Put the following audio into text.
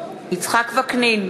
יצחק וקנין,